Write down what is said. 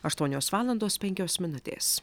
aštuonios valandos penkios minutės